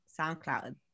SoundCloud